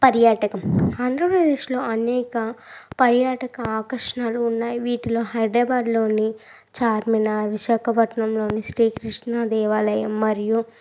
పర్యాటకం ఆంధ్రప్రదేశ్లో అనేక పర్యాటక ఆకర్షణలు ఉన్నాయి వీటిలో హైడ్రాబ్యాడ్లోని చార్మినార్ విశాఖపట్నంలోని శ్రీక్రిష్ణ దేవాలయం మరియు